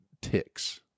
ticks